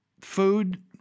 food